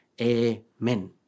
Amen